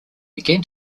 began